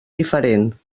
diferent